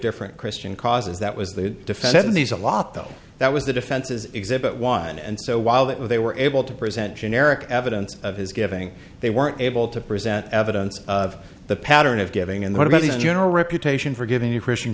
different christian causes that was the defend these a lot though that was the defense is exhibit one and so while that they were able to present generic evidence of his giving they were able to present evidence of the pattern of giving and what about the general reputation for giving a christian